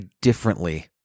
differently